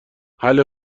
حله